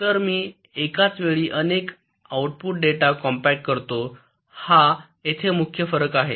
तर मी एकाच वेळी अनेक आउटपुट डेटा कॉम्पॅक्ट करतो हा येथे मुख्य फरक आहे